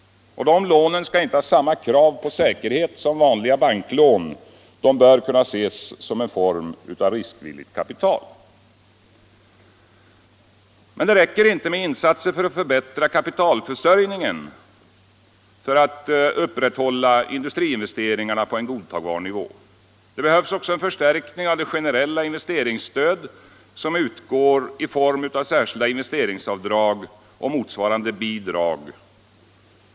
Dessa lån skall inte ha samma krav på säkerhet som vanliga banklån. De bör kunna ses som en form av riskvilligt kapital. Det räcker inte med insatser för att förbättra kapitalförsörjningen för att upprätthålla industriinvesteringarna på godtagbar nivå. Det behövs också förstärkning av det generella investeringsstöd som utgår i form av särskilda investeringsavdrag och motsvarande bidrag.